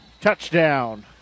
Touchdown